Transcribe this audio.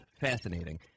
fascinating